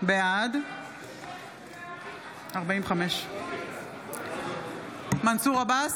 בשמות חברי הכנסת) יאסר חוג'יראת, בעד מנסור עבאס,